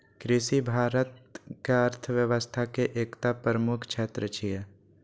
कृषि भारतक अर्थव्यवस्था के एकटा प्रमुख क्षेत्र छियै